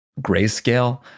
grayscale